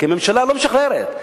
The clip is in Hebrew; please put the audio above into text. כי הממשלה לא משחררת.